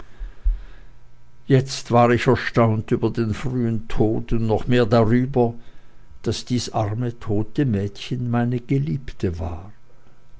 jetzt aber war ich erstaunt über den frühen tod und noch mehr darüber daß dies arme tote mädchen meine geliebte war